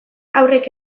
haurrek